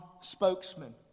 spokesman